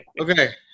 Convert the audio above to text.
Okay